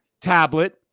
tablet